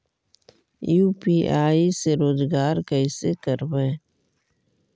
UPI से रोजगार कैसे करबय?